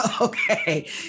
okay